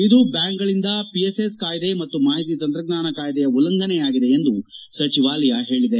ಇದು ಬ್ಲಾಂಕ್ ಗಳಿಂದ ಪಿಎಸ್ಎಸ್ ಕಾಯ್ಲೆ ಮತ್ತು ಮಾಹಿತಿ ತಂತ್ರಜ್ಞಾನ ಕಾಯ್ಲೆಯ ಉಲ್ಲಂಘನೆಯಾಗಿದೆ ಎಂದು ಸಚಿವಾಲಯ ಹೇಳಿದೆ